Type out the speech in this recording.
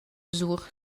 sur